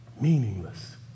meaningless